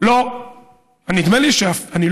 האם מישהו מחברי הליכוד?